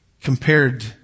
compared